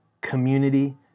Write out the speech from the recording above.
community